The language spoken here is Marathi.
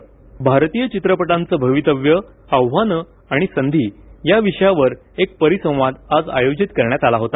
भारतीय चित्रपटांचं भवितव्य आव्हानं आणि संधी या विषयावर परिसंवाद आज आयोजित करण्यात आला होता